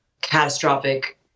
catastrophic